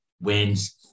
wins